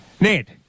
Ned